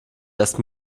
erst